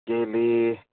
केले